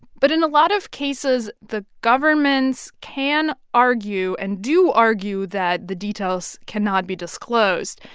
but in a lot of cases, the governments can argue and do argue that the details cannot be disclosed.